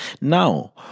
Now